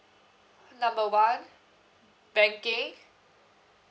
number one banking